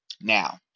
Now